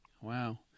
Wow